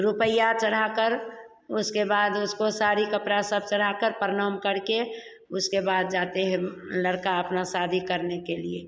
रुपया चढ़ाकर उसके बाद उसको साड़ी कपड़ा सब चढ़ाकर प्रणाम करके उसके बाद जाते हैं लड़का अपना शादी करने के लिए